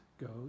goes